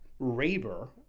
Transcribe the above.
Raber